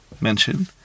mention